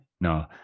no